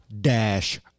Dash